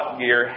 gear